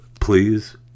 Please